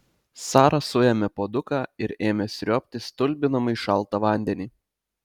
sara suėmė puoduką ir ėmė sriuobti stulbinamai šaltą vandenį